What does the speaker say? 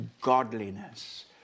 godliness